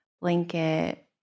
blanket